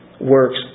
works